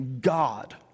God